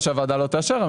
הצבעה הרוויזיה לא אושרה.